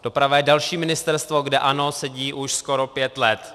Doprava je další ministerstvo, kde ANO sedí už skoro pět let.